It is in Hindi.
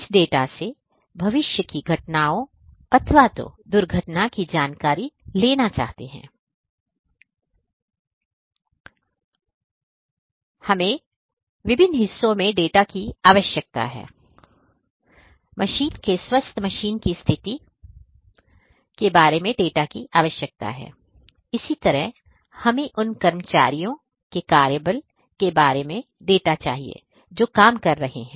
इन डाटा से भविष्य की घटनाओं अथवा दुर्घटना की जानकारी लेना चाहते हैं हमें प्राची कीके विभिन्न हिस्सों के बारे में डेटा की आवश्यकता है हमें मशीन के स्वास्थ्य मशीनें की स्थिति के बारे में डेटा की आवश्यकता है इसी तरह हमें उन कर्मचारियों के कार्यबल के बारे में डेटा चाहिए जो काम कर रहे हैं